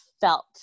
felt